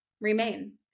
remain